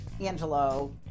angelo